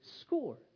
score